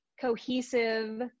cohesive